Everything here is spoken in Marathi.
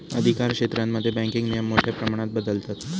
अधिकारक्षेत्रांमध्ये बँकिंग नियम मोठ्या प्रमाणात बदलतत